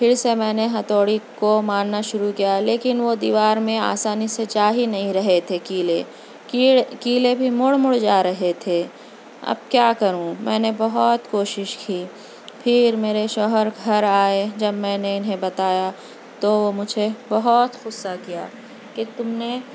پھر سے میں نے ہتھوڑی کو مارنا شروع کیا لیکن وہ دیوار میں آسانی سے جا ہی نہیں رہے تھے کیلے کیڑے کیلے بھی مُڑ مُڑ جا رہے تھے اب کیا کروں میں نے بہت کوشش کی پھر میرے شوہر گھر آئے جب میں نے اِنہیں بتایا تو وہ مجھے بہت غصّہ کیا کہ تم نے